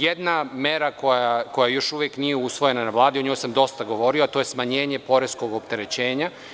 Jedna mera koja još uvek usvojena na Vladi, a o njoj sam dosta govorio, je smanjenje poreskog opterećenja.